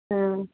ও